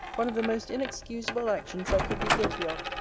one of the most inexcusable actions i could be guilty of,